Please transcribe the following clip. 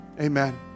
Amen